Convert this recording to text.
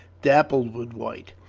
dappled with white.